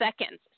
seconds